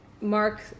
mark